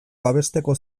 babesteko